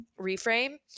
reframe